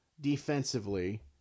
defensively